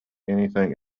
anything